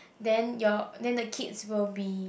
then your then the kids will be